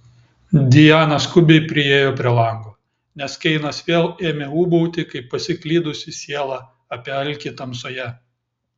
diana skubiai priėjo prie lango nes keinas vėl ėmė ūbauti kaip pasiklydusi siela apie alkį tamsoje